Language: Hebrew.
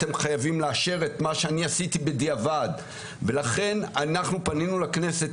'אתם חייבים לאשר את מה שאני עשיתי בדיעבד' ולכן אנחנו פנינו לכנסת,